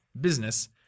business